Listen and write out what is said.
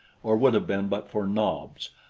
or would have been but for nobs.